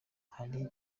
hari